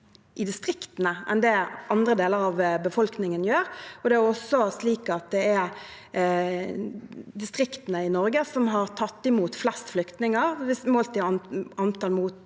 i distriktene enn det andre deler av befolkningen gjør. Det er distriktene i Norge som har tatt imot flest flyktninger